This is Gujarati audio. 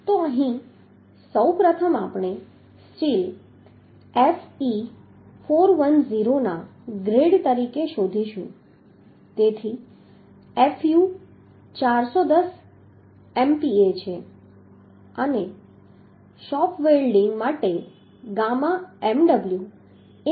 તો અહીં સૌપ્રથમ આપણે સ્ટીલ Fe410 ના ગ્રેડ તરીકે શોધીશું તેથી fu 410 MPa છે અને શોપ વેલ્ડીંગ માટે ગામા mw 1